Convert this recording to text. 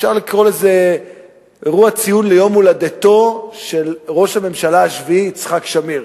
אפשר לקרוא לזה אירוע לציון יום-הולדתו של ראש הממשלה השביעי יצחק שמיר.